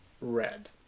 Red